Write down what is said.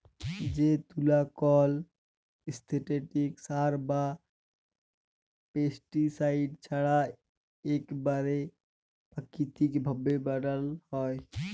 যে তুলা কল সিল্থেটিক সার বা পেস্টিসাইড ছাড়া ইকবারে পাকিতিক ভাবে বালাল হ্যয়